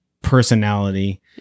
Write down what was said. personality